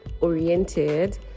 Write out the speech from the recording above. oriented